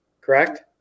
Correct